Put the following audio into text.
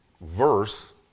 verse